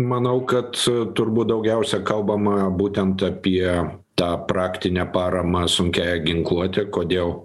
manau kad turbūt daugiausiai kalbama būtent apie tą praktinę paramą sunkiąją ginkluotę kodėl